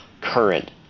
current